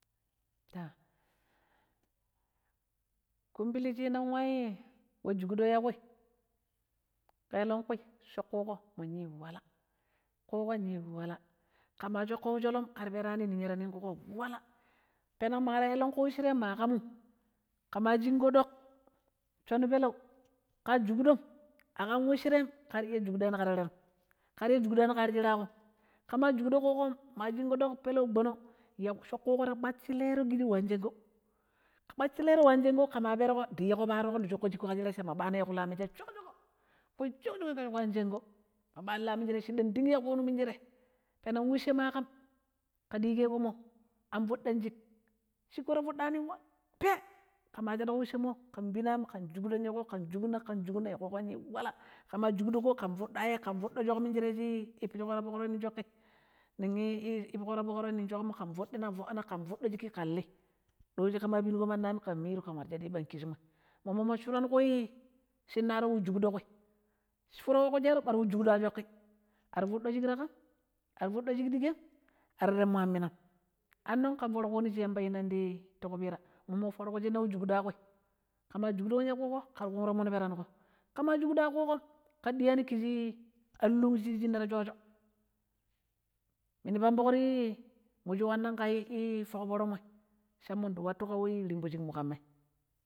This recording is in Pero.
﻿Ta ƙumbili shi yinan woii wo njugɗo ya ƙui, ƙelenƙu shoƙ ƙuƙo mun yi wala ƙuƙo mundi ning yii wo nigoh ƙe ma shoƙƙo wo sholom ƙema perƙo niya ta ningƙiƙo wala peneg ma ƙeleƙu wocchire ma ƙamum ƙema shinƙo ɗoƙ ma ƙamum wesshirem shon peleu ƙa jugɗom a ƙam wosshirem ƙari iya jugɗani ƙa tererm, ƙari iya jugɗani ƙa ar shiraƙom, ƙema jugɗo ƙuƙomƙara yu shon ɗoƙ peleu gɓonog yei shgƙuƙo ta kpacchilero ƙe ƙishi anchengeu ta wuweroƙishii waan chengeu ƙera pera ni ndi shuƙƙo shiƙo ƙa shira sha ma ɓanaƙu lam mije soƙshoƙo, kpasshilani ƙishi nwanchengeu ta kpasshilero ƙishi nwan chengeu ma ɓano laminjire shiɗan thigh a ƙuni minshire peneg wocce ma ƙam, ƙe diƙeƙo an an fuɗɗan shiƙ, shiƙƙo ta yuwani pee ƙema shaɗɗuƙo wosshemmo ƙen pina aam ƙen jugɗina ƙen jugɗina ya ƙuƙoo ta yuwani waala ƙema jugɗuƙo ken fuɗɗa yei ƙen fuɗɗa yei ƙen fuɗɗina ƙen fuɗɗina ƙen fuɗɗo shiḵki ƙen lii, ɗojii ƙema pinƙo mandi aamii ken miru ƙen yi pang ƙishimmoi minshire shinnaroi ƙu wo jugɗo ƙui, shuran ƙu shero ɓara wo jugɗo ya shogƙui ar fuɗɗo shiƙ taƙham, ar fuɗɗo shiƙ ɗiƙeem ari temmo yammimnam, annoƙ ƙan foro ƙuni shi yamba yinan ti ƙu piraa.mmo foro ƙu we jugɗa ya ƙui, ƙema jugɗuƙun ya ƙuƙoo ƙera ƙum tomonƙo ti piɗi ƙema jugɗu ya ƙuƙom ƙera ɗiyani kishii andok shii shinna ta shoosho, minu pambuƙo ti ii ninya shin wannan ƙa foƙ forommoi shin ndi wattu ƙaii wo rimbo shiƙmu ƙamma.